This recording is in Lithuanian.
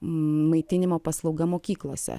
maitinimo paslauga mokyklose